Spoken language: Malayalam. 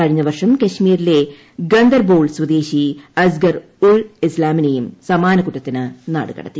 കഴിഞ്ഞവർഷം കശ്മീരിലെ ഗന്ദർബാൾ സ്വദേശി അസ്ഗർ ഉൾ ഇസ്കാമിനെയും സമാന കുറ്റത്തിന് നാടുകടത്തി